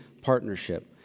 partnership